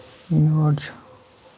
یور چھُ